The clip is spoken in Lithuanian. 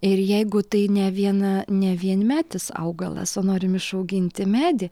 ir jeigu tai ne viena ne vienmetis augalas o norim išauginti medį